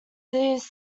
these